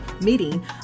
meeting